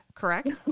correct